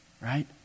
Right